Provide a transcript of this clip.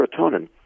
serotonin